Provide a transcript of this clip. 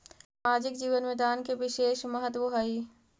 सामाजिक जीवन में दान के विशेष महत्व हई